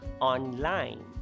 online